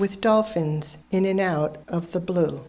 with dolphins in an out of the blue